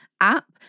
app